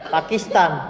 Pakistan